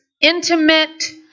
intimate